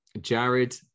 Jared